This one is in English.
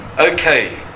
Okay